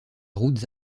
routes